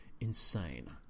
insane